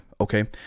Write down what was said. Okay